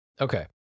Okay